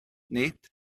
nid